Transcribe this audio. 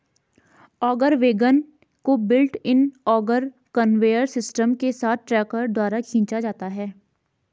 auger wagon को built in auger conveyor system के साथ ट्रैक्टर द्वारा खींचा जाता है